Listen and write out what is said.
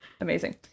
Amazing